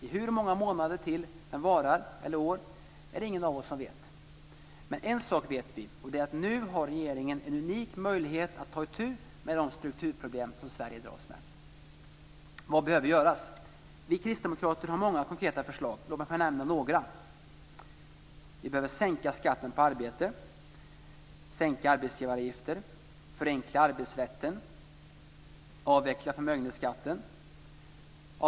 I hur många fler månader eller år den varar är det ingen av oss som vet. Men en sak vet vi och det är att nu har regeringen en unik möjlighet att ta itu med de strukturproblem som Sverige dras med. Vi kristdemokrater har många konkreta förslag. Jag skulle vilja nämna några.